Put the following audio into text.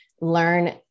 learn